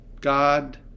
God